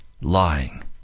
lying